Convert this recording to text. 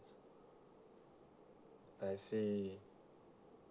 I see